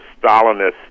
Stalinist